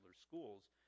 schools